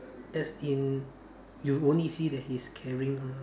as in you only see that he's carrying a